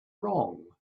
wrong